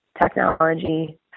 technology